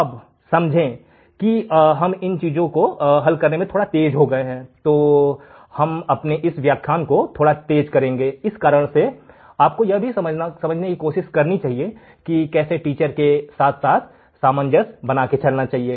अब समझें कि हम इन चीजों को हल करने में थोड़ा तेज हो गए हैं तो मैं अपने व्याख्यान को थोड़ा तेज कर रहा हूं इस कारण से आपको यह भी समझने की कोशिश करनी चाहिए कि कैसे टीचर के साथ साथ सामंजस बना कर चलते हैं